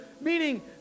Meaning